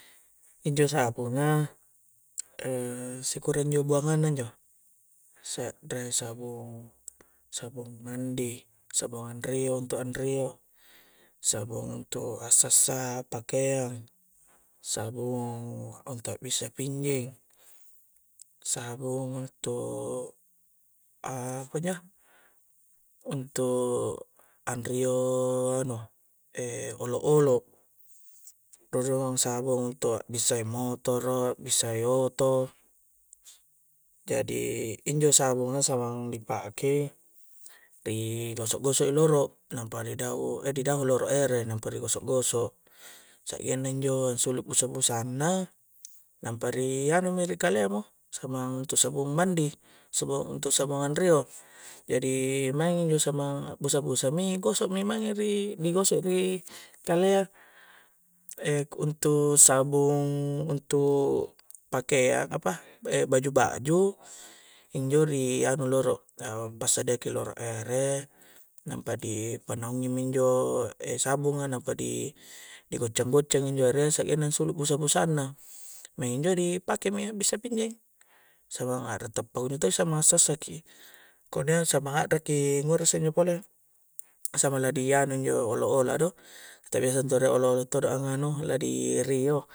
Injo' sabunga, e' sikura injo' buanganna injo' se're sabung sabung sabung mandi, sabung anrio' untuk anrio', sabung untuk asassa' pakeang sabung untuk bissa' pinyyi' sabung untuk apa injo', untuk anrio' anu olo-olo' dodong sabung untuk a' bissa'i motoro bissa'i oto' jadi injo' sabunga samang dipakai, ri' goso-goso'i rolo nampa di dahu', di dahu' loro ere' nampa di goso-goso' sagenna injo' sulu' busa-busanna nampa ri' anu' mi ri' kalea mo samang untuk sabun mandi sabung untuk sabung anrio' jadi maeng injo' samang busa-busami goso'mi mange ri' di gosong ri' kalea', e' untuk sabung untuk pakeang e' apa, baju-baju injo' ri anu loro, a'ppasadiaki rolo ere' nampa di panaungi mi injo' e' sabunga nampa di' goncang-goncang injo' ere'a sangenna sulu' busa-busa' nna, maeng injo' di pakaimi a'bissa pinyye' samang are'to pa samang sessaki', kemudian samang a'raki ngura isse' injo' pole' samala di anu' injo' olo-olo'a do, ta' biasa rie' olo-olo' todo a' nganu ladi' rio'.